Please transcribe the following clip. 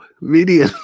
Media